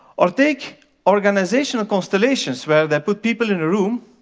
or take organizational constellations where they put people in a room,